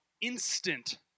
instant